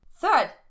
Third